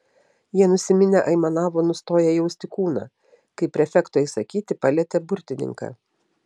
jie nusiminę aimanavo nustoję jausti kūną kai prefekto įsakyti palietė burtininką